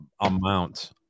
amount